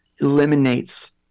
eliminates